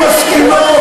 נשים משכילות.